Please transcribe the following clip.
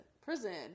prison